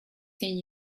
zehn